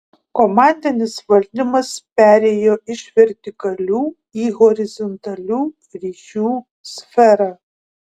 komandinis valdymas perėjo iš vertikalių į horizontalių ryšių sferą